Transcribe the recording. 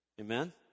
Amen